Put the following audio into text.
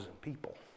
people